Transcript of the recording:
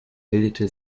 bildete